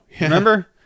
remember